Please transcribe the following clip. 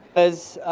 as.